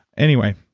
anyway,